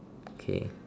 okay